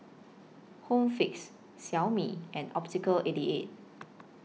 Home Fix Xiaomi and Optical eighty eight